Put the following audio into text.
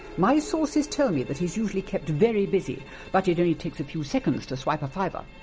my sources tell me that he's usually kept very busy but it only takes a few seconds to swipe a fiver,